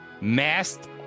Masked